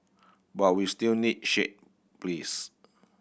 but we still need shade please